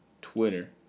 Twitter